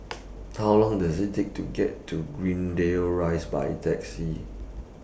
How Long Does IT Take to get to Greendale Rise By Taxi